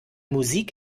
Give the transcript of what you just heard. musik